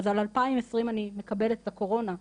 אז על 2020 אני מקבל את הקורונה,